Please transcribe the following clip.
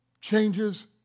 changes